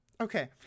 Okay